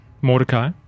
Mordecai